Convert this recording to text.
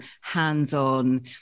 hands-on